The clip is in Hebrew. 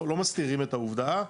לא מסתירים את העובדה,